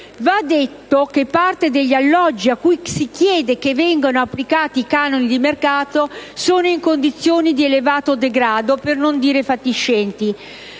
Va detto che parte degli alloggi a cui si chiede che vengano applicati i canoni di mercato sono in condizioni di elevato degrado, per non dire fatiscenti.